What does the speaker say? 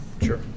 sure